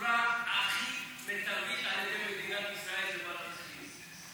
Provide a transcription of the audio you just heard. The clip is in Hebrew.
בצורה הכי מיטבית על ידי מדינת ישראל ומערכת החינוך.